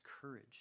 courage